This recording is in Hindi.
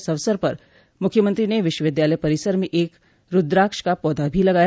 इस अवसर पर मुख्यमंत्री ने विश्वविद्यालय परिसर में एक रूद्राक्ष का पौधा भी लगाया